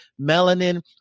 melanin